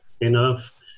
enough